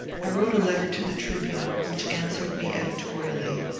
i wrote a letter to the tribune, which answered me editorially,